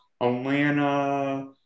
Atlanta –